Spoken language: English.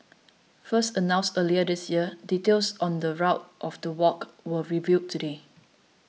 first announced earlier this year details on the route of the walk were revealed today